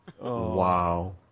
Wow